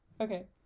okay